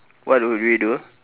what would we do